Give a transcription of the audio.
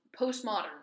postmodern